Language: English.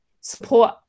support